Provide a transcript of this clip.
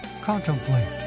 Contemplate